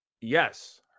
yes